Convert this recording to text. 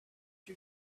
you